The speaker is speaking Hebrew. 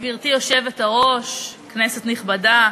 גברתי היושבת-ראש, כנסת נכבדה,